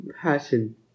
passion